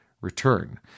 return